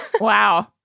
wow